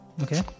Okay